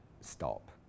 stop